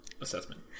assessment